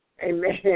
Amen